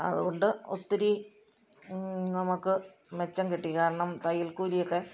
അത്കൊണ്ട് ഒത്തിരി നമുക്ക് മെച്ചം കിട്ടി കാരണം തയ്യൽകൂലിയൊക്കെ